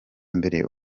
mbere